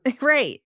Right